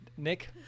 nick